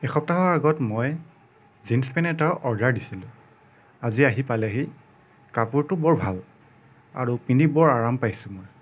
এসপ্তাহৰ আগত মই জিন্স পেণ্ট এটাৰ অৰ্দাৰ দিছিলোঁ আজি আহি পালেহি কাপোৰটো বৰ ভাল আৰু পিন্ধি বৰ আৰাম পাইছোঁ মই